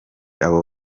abo